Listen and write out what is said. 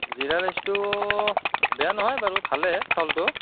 জিৰা ৰাইচটো বেয়া নহয় বাৰু ভালেই চাউলটো